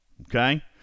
okay